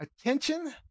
attention